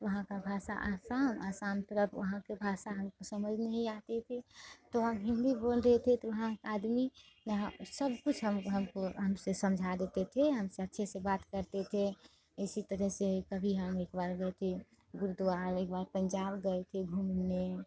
वहाँ का भाषा आसाम आसाम तरफ वहाँ के भाषा हमको समझ नहीं आती थी तो हम हिन्दी बोल रहे थे तो वहाँ के आदमी यहाँ सब कुछ हमको हमको हमसे समझा देते थे हमसे अच्छे से बात करते थे इसी तरह से कभी हम एक बार गए थे गुरद्वारा एक बार पंजाब गए थे घूमने